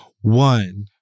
One